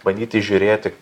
bandyti įžiūrėti